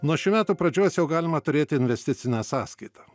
nuo šių metų pradžios jau galima turėti investicinę sąskaitą